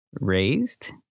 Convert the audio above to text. raised